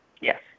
Yes